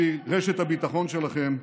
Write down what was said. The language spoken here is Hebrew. שהיא רשת הביטחון שלכם,